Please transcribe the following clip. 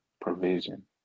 Provision